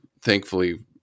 thankfully